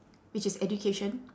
which is education